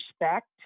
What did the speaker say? respect